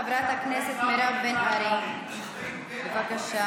חברת הכנסת מירב בן ארי, בבקשה.